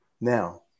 now